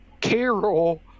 Carol